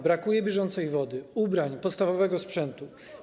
Brakuje bieżącej wody, ubrań, podstawowego sprzętu.